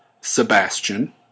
Sebastian